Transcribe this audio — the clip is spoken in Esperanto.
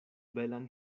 belan